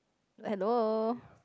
hello